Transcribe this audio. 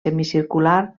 semicircular